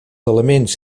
elements